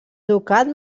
ducat